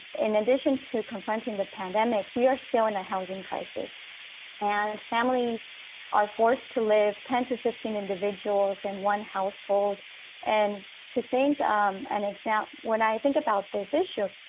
in addition to confronting the pandemic we are still in a housing crisis and families are forced to live ten to fifteen individuals in and one household and to think um an example when i think about this issue.